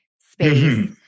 space